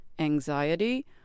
anxiety